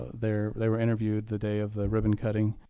there. they were interviewed the day of the ribbon cutting.